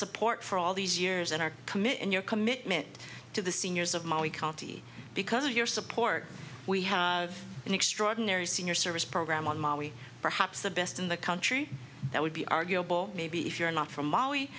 support for all these years and our committee and your commitment to the seniors of molly county because of your support we have an extraordinary senior service program on my we perhaps the best in the country that would be arguable maybe if you're not from ma